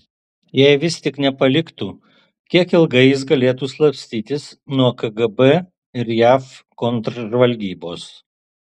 jei vis tik nepaliktų kiek ilgai jis galėtų slapstytis nuo kgb ir jav kontržvalgybos